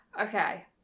Okay